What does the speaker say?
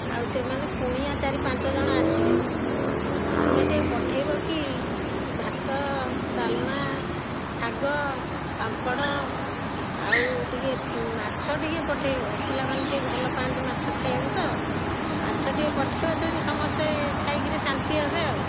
ଆଉ ସେମାନେ କୁଣିଆ ଚାରି ପାଞ୍ଚଜଣ ଆସିବେ ଆଉ ତୁମେ ଟିକେ ପଠେଇବ କି ଭାତ ଡାଲମା ଶାଗ ପାମ୍ପଡ଼ ଆଉ ଟିକେ ମାଛ ଟିକେ ପଠେଇବ ପିଲାମାନେ ଟିକେ ଭଲ ପାଆନ୍ତି ମାଛ ଖାଇବାକୁ ତ ମାଛ ଟିକେ ପଠେଇବ ଯେ ସମସ୍ତେ ଖାଇକିରି ଶାନ୍ତି ହେବେ ଆଉ